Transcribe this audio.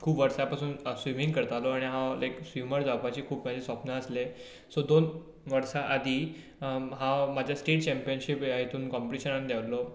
खूब वर्सां पसून स्विमींग करतालो आनी हांव एक स्विमर जावपाचें खूब म्हजें स्वप्न आसलें सो दोन वर्सां आदीं हांव म्हजे स्टेट चँपियनशीप ह्या हितून कोंपिटिशनान देंवल्लो